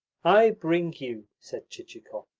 i bring you, said chichikov,